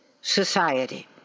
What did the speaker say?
society